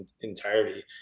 entirety